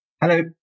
Hello